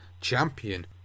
champion